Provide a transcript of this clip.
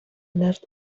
loved